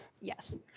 yes